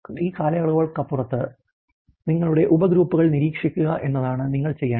ഈ കാലയളവുകൾക്കപ്പുറത്ത് നിങ്ങളുടെ ഉപഗ്രൂപ്പുകൾ നിരീക്ഷിക്കുക എന്നതാണ് നിങ്ങൾ ചെയ്യേണ്ടത്